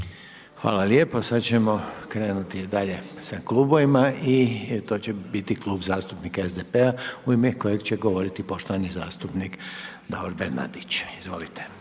Hvala lijepo. Sad ćemo krenuti dalje sa Klubovima i to će biti Klub zastupnika SDP-a, u ime kojeg će govoriti poštovani zastupnik Davor Bernardić. Izvolite.